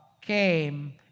came